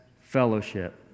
fellowship